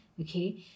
okay